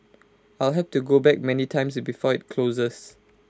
I'll have to go back many times before IT closes